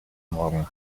morgan